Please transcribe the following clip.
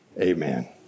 Amen